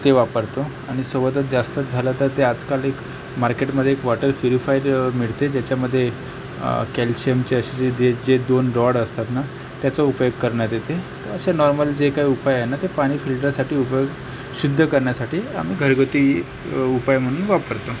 ते वापरतो आणि सोबतच जास्तच झालं तर ते आजकाल एक मार्केटमध्ये एक वाटर प्युरीफायर मिळते ज्याच्यामध्ये कॅल्शियमचे असे जे दे जे दोन रॉड असतात ना त्याचा उपयोग करण्यात येते तर असे नॉर्मल जे काय उपाय आहे ना ते पाणी फिल्टरसाठी उपयोग शुद्ध करण्यासाठी आम्ही घरगुती उपाय म्हणून वापरतो